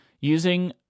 using